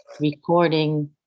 recording